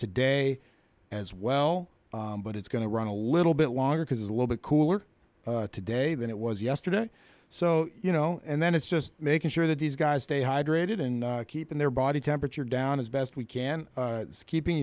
today as well but it's going to run a little bit longer because it's a little bit cooler today than it was yesterday so you know and then it's just making sure that these guys stay hydrated and keeping their body temperature down as best we can keeping